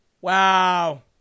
Wow